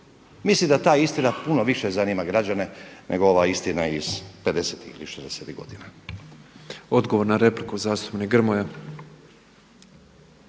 Mislim da ta istina puno više zanima građane, nego ova istina iz pedesetih ili